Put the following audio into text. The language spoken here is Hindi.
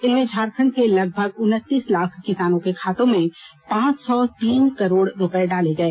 इनमें झारखंड के लगभग उनतीस लाख किसानों के खाते में पांच सौ तीन करोड़ रुपए डाले गए